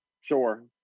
Sure